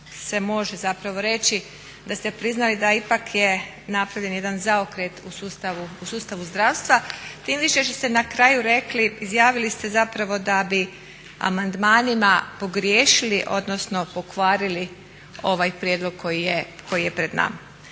se može zapravo reći da ste priznali da ipak je napravljen jedan zaokret u sustavu zdravstva tim više što ste na kraju rekli, izjavili ste zapravo da bi amandmanima pogriješili, odnosno pokvarili ovaj prijedlog koji je pred nama.